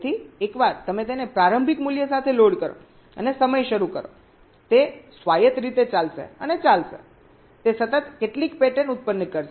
તેથી એકવાર તમે તેને પ્રારંભિક મૂલ્ય સાથે લોડ કરો અને સમય શરૂ કરો તે સ્વાયત્ત રીતે ચાલશે અને ચાલશે તે સતત કેટલીક પેટર્ન ઉત્પન્ન કરશે